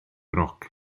roc